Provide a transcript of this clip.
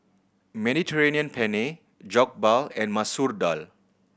Mediterranean Penne Jokbal and Masoor Dal